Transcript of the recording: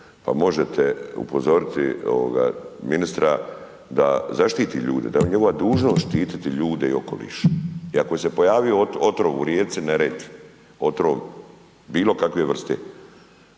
možete upozoriti ministra da zaštiti ljude, da je njegova dužnost štiti ljude i okoliš. I ako se je pojavio otrov u rijeci Neretvi, otrov bilo kakve vrste